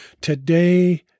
today